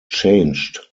changed